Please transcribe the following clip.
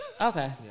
Okay